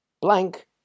blank